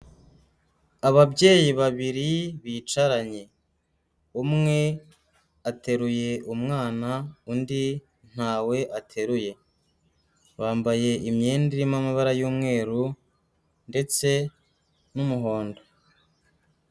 Ababyeyi babiri bicaranye, umwe ateruye umwana undi ntawe ateruye, bambaye imyenda irimo amabara y'umweru ndetse n'umuhondo.